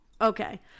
Okay